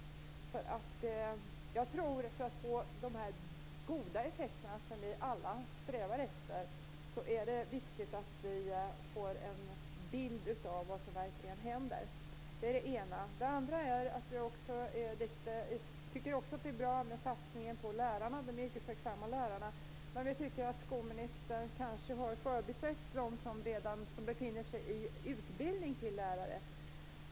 För att vi skall kunna nå de goda effekter som vi alla strävar efter är det viktigt att vi får en bild av vad som verkligen händer. Det är det ena. Det andra är att vi också tycker att satsningen på de yrkesverksamma lärarna är bra, men vi tycker kanske att skolministern har förbisett dem som redan befinner sig i utbildning för att bli lärare.